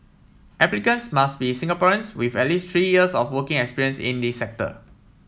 applicants must be Singaporeans with at least three years of working experience in the sector